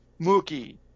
Mookie